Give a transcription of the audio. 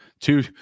two